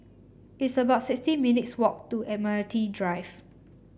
it's about sixty minutes walk to Admiralty Drive